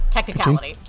Technicality